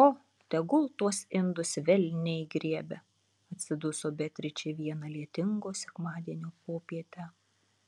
o tegul tuos indus velniai griebia atsiduso beatričė vieną lietingo sekmadienio popietę